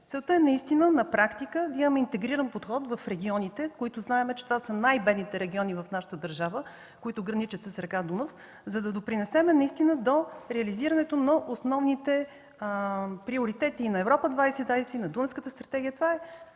Целта е на практика да имаме интегриран подход в регионите, знаем, че това са най-бедните региони в нашата държава, които граничат с река Дунав, за да допринесем наистина за реализирането на основните приоритети и на „Европа 2020”, и на Дунавската стратегия, а